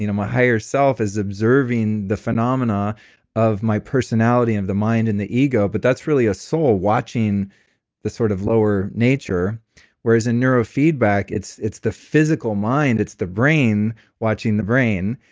you know my higher self is observing the phenomena of my personality and the mind and the ego. but that's really a soul watching the sort of lower nature whereas in neurofeedback, it's it's the physical mind. it's the brain watching the brain,